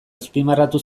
azpimarratu